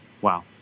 Wow